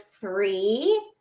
three